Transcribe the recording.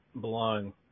belong